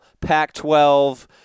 Pac-12